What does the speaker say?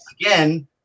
again